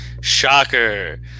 Shocker